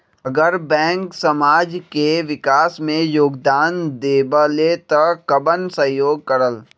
अगर बैंक समाज के विकास मे योगदान देबले त कबन सहयोग करल?